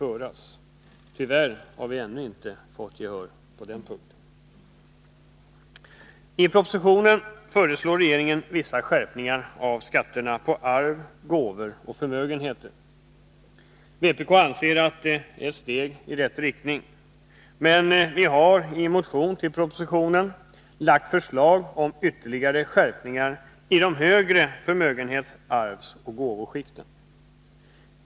Vi har tyvärr ännu inte fått gehör på den punkten. I propositionen föreslår regeringen vissa skärpningar av skatterna på arv, gåvor och förmögenheter. Vpk anser att det är ett steg i rätt riktning, men vi har i en motion till propositionen föreslagit ytterligare skärpningar i de högre förmögenhets-, arvsoch gåvoskikten.